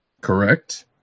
Correct